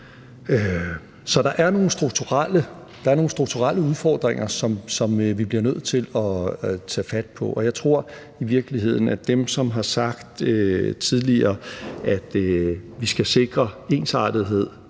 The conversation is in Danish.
Så der er nogle strukturelle udfordringer, som vi bliver nødt til at tage fat på, og jeg tror i virkeligheden, at dem, der tidligere har sagt, at vi skal sikre ensartethed,